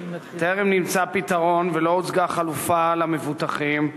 טרם נמצא פתרון ולא הוצגה חלופה למבוטחים.